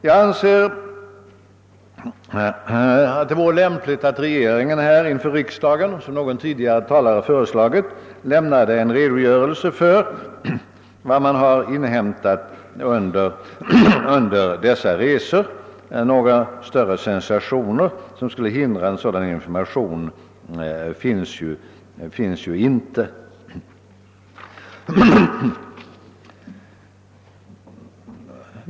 Jag anser att det, såsom någon tidigare talare föreslagit, vore lämpligt att regeringen inför riksdagen lämnade en redogörelse för vad man har inhämtat under de nyligen företagna resorna. Några sensationella händelser som skulle förhindra en sådan information har ju inte inträffat.